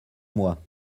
mois